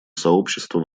сообщества